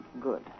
Good